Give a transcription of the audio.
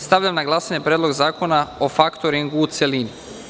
Stavljam na glasanje Predlog zakona o faktoringu, u celini.